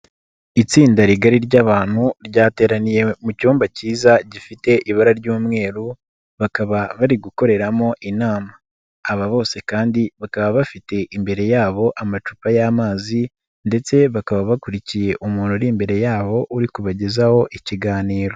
Itsinda rigari ry'abantu ryateraniye mu cyumba cyiza gifite ibara ry'umweru, bakaba bari gukoreramo inama, aba bose kandi bakaba bafite imbere yabo amacupa y'amazi ndetse bakaba bakurikiye umuntu uri imbere yabo uri kubagezaho ikiganiro.